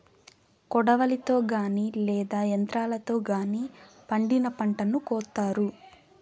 కొడవలితో గానీ లేదా యంత్రాలతో గానీ పండిన పంటను కోత్తారు